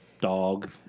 dog